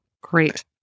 Great